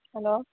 hello